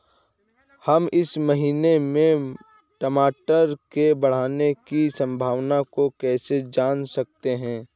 हम इस महीने में टमाटर के बढ़ने की संभावना को कैसे जान सकते हैं?